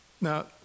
Now